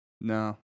No